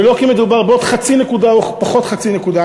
ולא כי מדובר בעוד חצי נקודה או פחות חצי נקודה.